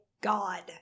God